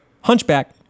Hunchback